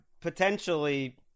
potentially